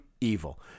evil